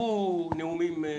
אנחנו אחרי הנאומים הפילוסופיים.